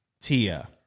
Tia